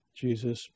Jesus